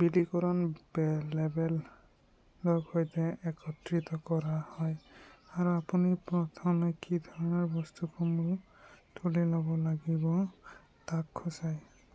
বিলিকৰণ বেল লেবেলৰ সৈতে একত্ৰিত কৰা হয় আৰু আপুনি প্ৰথমে কি ধৰণৰ বস্তুসমূহ তুলি ল'ব লাগিব তাক সূচায়